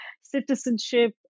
citizenship